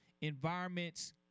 environments